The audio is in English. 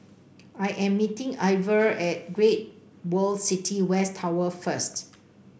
I am meeting Iver at Great World City West Tower first